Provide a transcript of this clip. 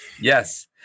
Yes